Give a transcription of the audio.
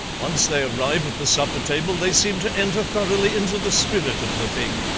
once they arrive at the supper-table they seem to enter thoroughly into the spirit of the thing.